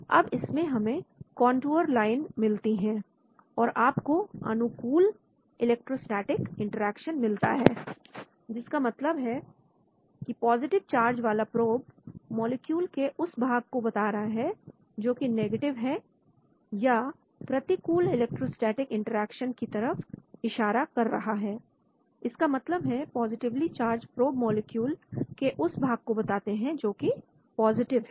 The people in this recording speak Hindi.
अब इससे हमें कंटूर लाइन मिलती है और आपको अनुकूल इलेक्ट्रोस्टेटिक इंटरेक्शन मिलता है जिसका मतलब है की पॉजिटिव चार्ज वाला प्रोब मॉलिक्यूल के उस भाग को बता रहा है जो कि नेगेटिव है या प्रतिकूल इलेक्ट्रोस्टेटिक इंटरेक्शन की तरफ इशारा कर रहा है इसका मतलब है कि पॉजिटिवली चार्ज प्रोब मॉलिक्यूल के उस भाग को बताते हैं जो कि पॉजिटिव हैं